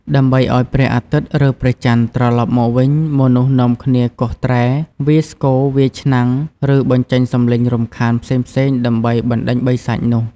ដើម្បីឲ្យព្រះអាទិត្យ ឬព្រះច័ន្ទត្រលប់មកវិញ មនុស្សនាំគ្នាគោះត្រែ វាយស្គរ វាយឆ្នាំង ឬបញ្ចេញសម្លេងរំខានផ្សេងៗដើម្បីបណ្ដេញបិសាចនោះ ។